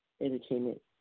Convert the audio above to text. Entertainment